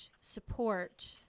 support